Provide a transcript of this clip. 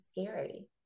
scary